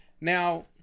Now